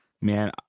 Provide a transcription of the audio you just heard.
Man